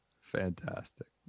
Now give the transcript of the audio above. Fantastic